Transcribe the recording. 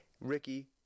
Ricky